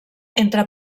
entre